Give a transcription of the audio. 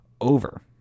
over